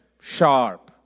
Sharp